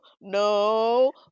no